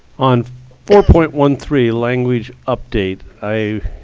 on four point one three, language update, i